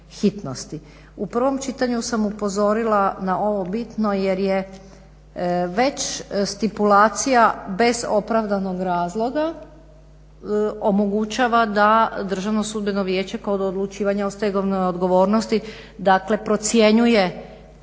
U prvom čitanju sam upozorila na ovo bitno jer je već stipulacija bez opravdanog razloga omogućava da DSV kod odlučivanja o stegovnoj odgovornosti dakle procjenjuje